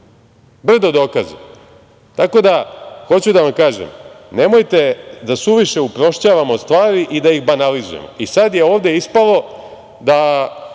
brdo dokaza. Tako da hoću da vam kažem, nemojte da suviše uprošćavamo stvari i da ih banalizujemo i sada je ovde ispalo da